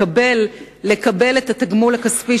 לקבל את התגמול הכספי,